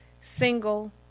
single